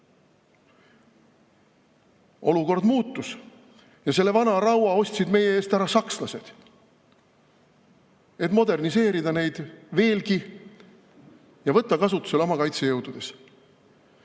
Olukord muutus ja selle vanaraua ostsid meie eest ära sakslased, et moderniseerida neid veelgi ja võtta kasutusele oma kaitsejõududes.Me